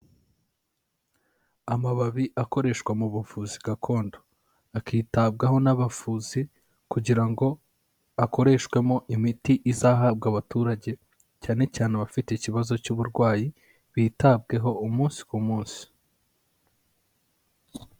Amababi akoreshwa mu buvuzi gakondo, akitabwaho n'abavuzi kugira ngo akoreshwemo imiti izahabwa abaturage cyane cyane abafite ikibazo cy'uburwayi, bitabweho umunsi ku munsi.